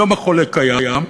יום החולה קיים.